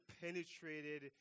penetrated